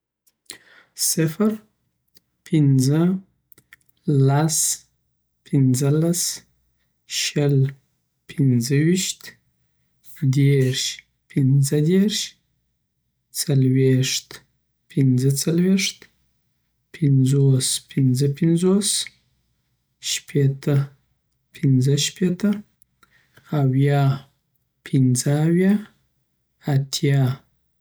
صفر پنځه لس پنځه لس شل پنځه ویشت دیرش پنځه دیرش څلویښت پنځه څلویښت پنځوس پنځه پنځوس شپیته پنځه شپیته اویا پنځه اویا اتیا